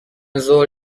ظهر